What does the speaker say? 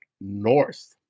North